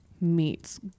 meets